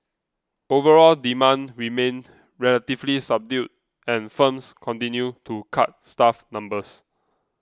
overall demand remained relatively subdued and firms continued to cut staff numbers